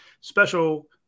special